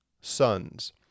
sons